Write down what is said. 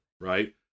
right